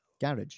Garage